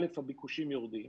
א', הביקושים יורדים.